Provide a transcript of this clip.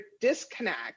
disconnect